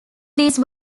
these